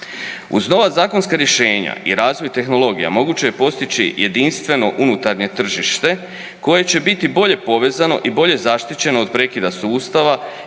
Uz nova zakonska rješenja i razvoj tehnologija moguće je postići jedinstveno unutarnje tržište koje će biti bolje povezano i bolje zaštićeno od prekida sustava